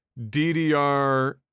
DDR